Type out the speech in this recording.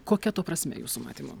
kokia to prasmė jūsų matymu